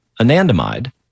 anandamide